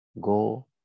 Go